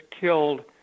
killed